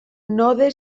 node